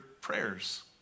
prayers